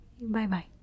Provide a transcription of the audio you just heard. bye-bye